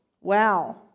Wow